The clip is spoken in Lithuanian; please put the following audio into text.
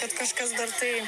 kad kažkas dar tai